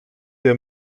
der